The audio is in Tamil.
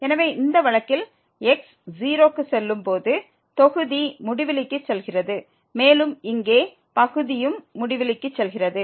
எனவே இந்த வழக்கில் x 0 க்கு செல்லும் போது தொகுதி முடிவிலிக்கு செல்கிறது மேலும் இங்கே பகுதியும் முடிவிலிக்கு செல்கிறது